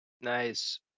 Nice